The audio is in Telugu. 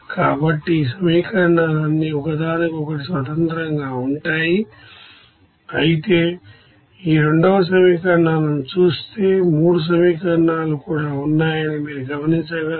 కాబట్టి ఈ సమీకరణాలన్నీ ఒకదానికొకటి స్వతంత్రంగా ఉంటాయి అయితే ఈ రెండవ సమీకరణాలను చూస్తే 3 సమీకరణాలు కూడా ఉన్నాయని మీరు గమనించగలరు